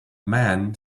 man